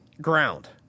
ground